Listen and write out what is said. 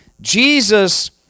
Jesus